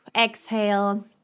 Exhale